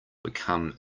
become